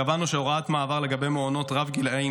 קבענו הוראת מעבר לגבי מעונות רב-גילים,